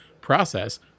process